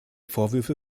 vorwürfe